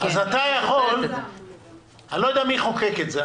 אני לאי ודע מי חוקק את זה,